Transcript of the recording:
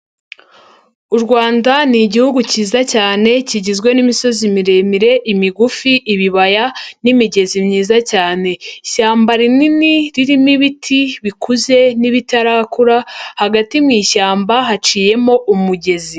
U Rwanda ni Igihugu cyiza cyane kigizwe n'imisozi miremire, imigufi, ibibaya n'imigezi myiza cyane, ishyamba rinini ririmo ibiti bikuze n'ibitarakura, hagati mu ishyamba haciyemo umugezi.